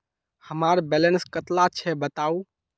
हमार बैलेंस कतला छेबताउ?